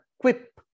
quip